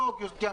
לא.